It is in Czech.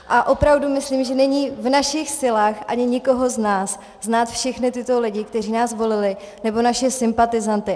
A opravdu myslím, že není v našich silách ani nikoho z nás znát všechny tyto lidi, kteří nás volili, nebo naše sympatizanty.